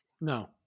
no